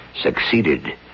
Succeeded